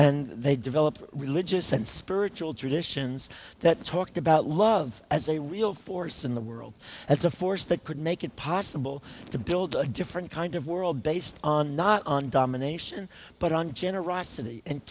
and they develop religious and spiritual traditions that talked about love as a real force in the world as a force that could make it possible to build a different kind of world based on not on domination but on generosity and